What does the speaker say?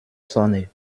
sonne